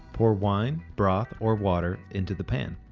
pour wine, broth or water into the pan.